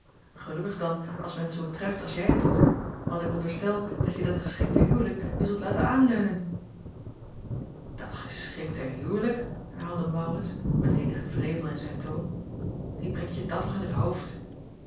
gelukkig dan als men t zoo treft als jij het doet want ik onderstel dat je dat geschikte huwelijk je zult laten aanleunen dat geschikte huwelijk herhaalde maurits met eenigen wrevel in zijn toon wie brengt je dat toch in het hoofd